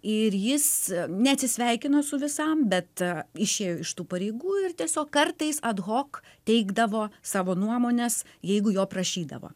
ir jis ne atsisveikino su visam bet išėjo iš tų pareigų ir tiesiog kartais ad hoc teikdavo savo nuomones jeigu jo prašydavo